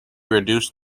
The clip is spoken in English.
reduced